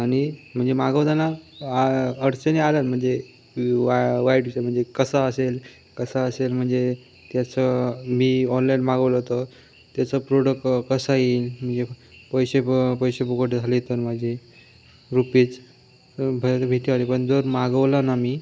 आणि म्हणजे मागवताना आ अडचणी आल्यात म्हणजे वा वाईट दिसेल म्हणजे कसं असेल कसं असेल म्हणजे त्याचं मी ऑनलाईन मागवलं होतं त्याचं प्रोडक्ट कसा येईल म्हणजे पैसे प पैसे फुकट झाले तर माझे रुपीज बाहेर भीती आली पण जर मागवला ना मी